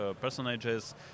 personages